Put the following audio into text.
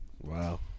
Wow